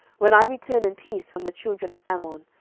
when i return in peace from the children of ammon,